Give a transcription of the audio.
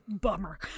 Bummer